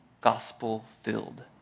gospel-filled